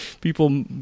people